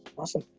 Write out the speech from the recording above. awesome.